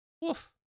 Woof